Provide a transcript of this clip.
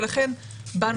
ולכן באנו וביקשנו.